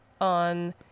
on